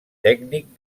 tècnic